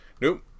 Nope